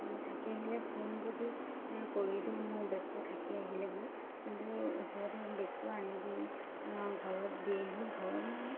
থাকি আহিলে ফোন যদি কৰি দিওঁ মোৰ বেগটো থাকি আহিলে বুলি কিন্তু সিহঁতে বেগটো আনি দি ঘৰত দিয়েহি ঘৰত মানে